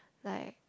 like